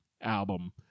album